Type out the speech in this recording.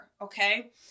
okay